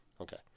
Okay